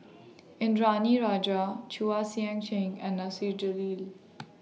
Indranee Rajah Chua Sian Chin and Nasir Jalil